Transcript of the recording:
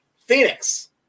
Phoenix